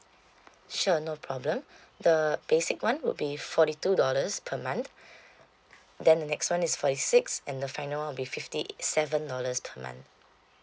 sure no problem the basic one would be forty two dollars per month then the next one is forty six and the final one will be fifty seven dollars per month